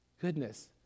goodness